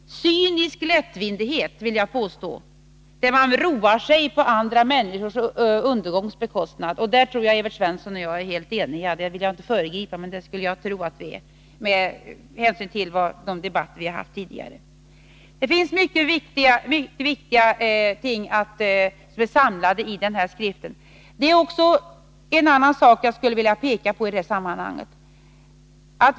Man roar sig på bekostnad av andra människors undergång. På den punkten tror jag — med hänsyn till de debatter 163 vi har fört tidigare — att Evert Svensson och jag är helt ense, men jag skall inte föregripa det tillkännagivandet. Det finns många viktiga ting samlade i den skriften. Det är också en annan sak som jag skulle vilja visa på i detta sammanhang.